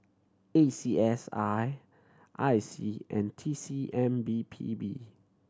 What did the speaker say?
A C S I I C and T C M B P B